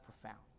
profound